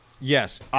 Yes